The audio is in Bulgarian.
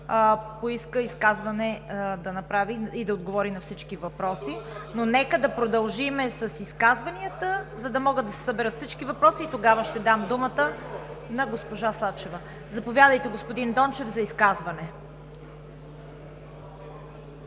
поиска да направи изказване и да отговори на всички въпроси. Нека да продължим с изказванията, за да могат да се съберат всички въпроси и тогава ще дам думата на госпожа Сачева. Заповядайте, господин Дончев, за изказване.